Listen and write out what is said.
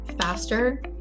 faster